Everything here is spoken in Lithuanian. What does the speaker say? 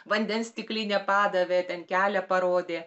vandens stiklinę padavė ten kelią parodė